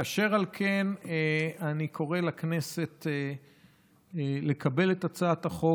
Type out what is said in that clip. אשר על כן אני קורא לכנסת לקבל את הצעת החוק.